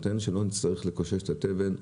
תן, שלא נצטרך לקושש את התבן.